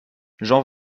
jean